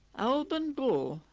alban bull,